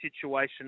situation